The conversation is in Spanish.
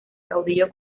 caudillo